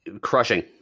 crushing